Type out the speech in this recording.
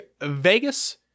Vegas